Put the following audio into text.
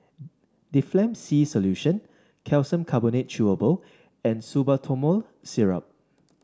Difflam C Solution Calcium Carbonate Chewable and Salbutamol Syrup